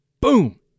boom